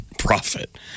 profit